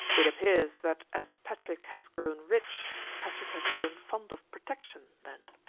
it appears that as patrick has grown rich, patrick has grown fond of protection, then,